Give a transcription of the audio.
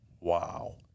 wow